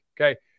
Okay